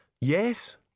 Yes